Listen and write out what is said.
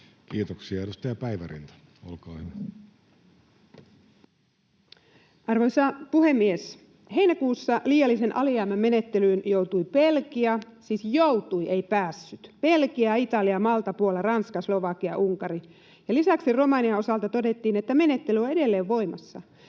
Kiitoksia. — Edustaja Päivärinta, olkaa hyvä. Arvoisa puhemies! Heinäkuussa liiallisen alijäämän menettelyyn joutuivat — siis joutuivat, eivät päässeet — Belgia, Italia, Malta, Puola, Ranska, Slovakia ja Unkari, ja lisäksi Romanian osalta todettiin, että menettely on edelleen voimassa.